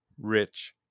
rich